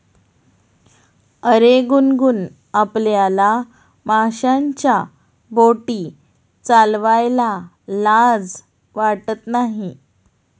अरे गुनगुन, आपल्याला माशांच्या बोटी चालवायला लाज वाटत नाही